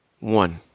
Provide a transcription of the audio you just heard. One